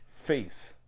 face